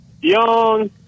Young